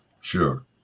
Sure